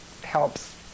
helps